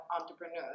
entrepreneurs